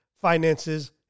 finances